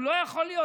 לא יכול להיות.